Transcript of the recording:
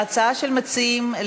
ההצעה של המציעים,